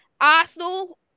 Arsenal